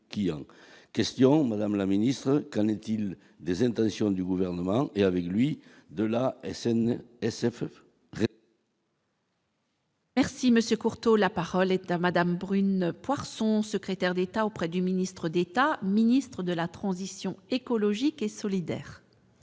question madame la ministre, qu'en est-il des intentions du gouvernement et avec lui de la SNE SFR. Merci monsieur Courteau, la parole est à madame brune Poirson, secrétaire d'État auprès du ministre d'État, ministre de la transition écologique et solidaire.